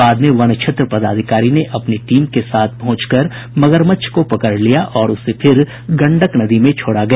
बाद में वन क्षेत्र पदाधिकारी ने अपनी टीम के साथ पहुंचकर मगरमच्छ को पकड़ लिया और उसे फिर गंडक नदी में छोड़ा गया